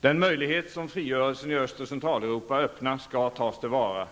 Den möjlighet som frigörelsen i Öst och Centraleuropa öppnar skall tas till vara.